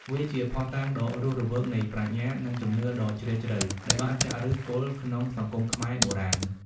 វាជាភស្តុតាងដ៏រស់រវើកនៃ ប្រាជ្ញា និងជំនឿដ៏ជ្រាលជ្រៅ ដែលបានចាក់ឫសគល់ក្នុងសង្គមខ្មែរបុរាណ។